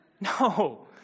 No